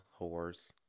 whores